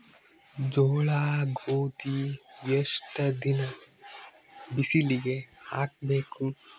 ಜೋಳ ಗೋಧಿ ಎಷ್ಟ ದಿನ ಬಿಸಿಲಿಗೆ ಹಾಕ್ಬೇಕು?